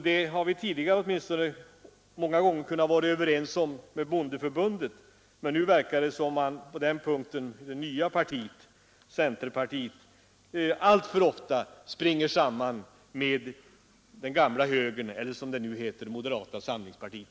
Vi kunde tidigare emellanåt komma överens med det gamla bondeförbundet, men det verkar nu som om det nya partiet, centerpartiet, alltför ofta går på samma linje som det moderata samlingspartiet, det gamla högerpartiet.